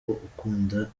ukunda